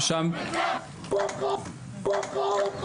(צופים בסרטון)